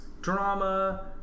drama